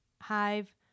hive